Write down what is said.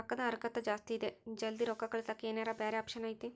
ರೊಕ್ಕದ ಹರಕತ್ತ ಜಾಸ್ತಿ ಇದೆ ಜಲ್ದಿ ರೊಕ್ಕ ಕಳಸಕ್ಕೆ ಏನಾರ ಬ್ಯಾರೆ ಆಪ್ಷನ್ ಐತಿ?